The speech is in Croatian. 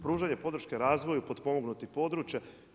Pružanje podrške razvoju potpomognutih područja.